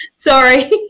Sorry